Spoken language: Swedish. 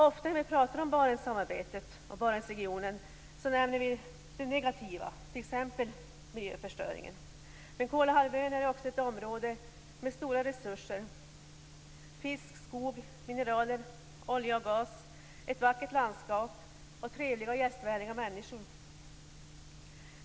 Ofta när vi pratar om Barentssamarbetet och Barentsregionen nämner vi det negativa, t.ex. miljöförstöringen. Men Kolahalvön är också ett område med stora resurser, t.ex. fisk, skog, mineraler, olja, gas, ett vackert landskap och trevliga och gästvänliga människor.